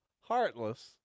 heartless